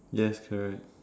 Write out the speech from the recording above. yes correct